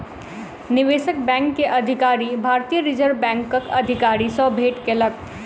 निवेशक बैंक के अधिकारी, भारतीय रिज़र्व बैंकक अधिकारी सॅ भेट केलक